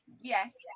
yes